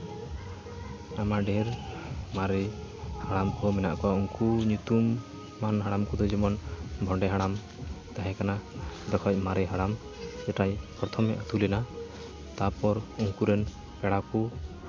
ᱟᱭᱢᱟ ᱰᱷᱮᱨ ᱢᱟᱨᱮ ᱦᱟᱲᱟᱢ ᱠᱚᱦᱚᱸ ᱢᱮᱱᱟᱜ ᱠᱚᱣᱟ ᱩᱝᱠᱩ ᱧᱩᱛᱩᱢᱟᱱ ᱦᱟᱲᱟᱢ ᱠᱚᱫᱚ ᱡᱮᱢᱚᱱ ᱵᱷᱚᱸᱰᱮ ᱦᱟᱲᱟᱢ ᱛᱟᱦᱮᱸᱠᱟᱱᱟ ᱡᱚᱛᱚ ᱠᱷᱚᱱ ᱢᱟᱨᱮ ᱦᱟᱲᱟᱢ ᱥᱮᱫᱟᱭ ᱯᱚᱨᱛᱷᱚᱢᱮ ᱟᱹᱛᱩ ᱞᱮᱱᱟ ᱛᱟᱯᱚᱨ ᱩᱝᱠᱩ ᱨᱮᱱ ᱯᱮᱲᱟ ᱠᱚ